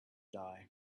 die